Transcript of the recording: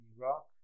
Iraq